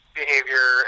behavior